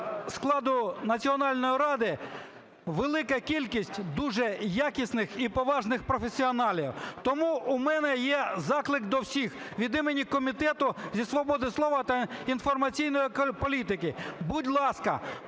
складу Національної ради, велика кількість дуже якісних і поважних професіоналів. Тому у мене є заклик до всіх від імені Комітету зі свободи слова та інформаційної політики: будь ласка,